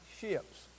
ships